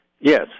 Yes